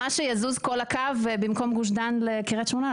ברמה שיזוז כל הקו במקום גוש דן לקריית שמונה,